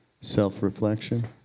self-reflection